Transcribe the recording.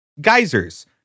Geysers